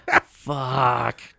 Fuck